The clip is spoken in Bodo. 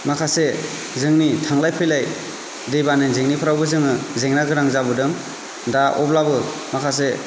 माखासे जोंनि थांलाय फैलाय दैबानानि जेंनाफ्रावबो जोङो जेंनागोनां जाबोदों दा अब्लाबो माखासे